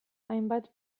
hainbat